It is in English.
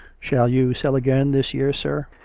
shall you sell again this year, sir?